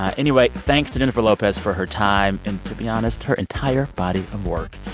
ah anyway, thanks to jennifer lopez for her time and to be honest her entire body of work.